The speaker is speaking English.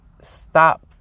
stop